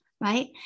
right